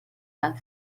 had